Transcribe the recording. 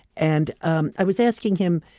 and um i was asking him,